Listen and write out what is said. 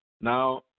Now